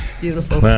Beautiful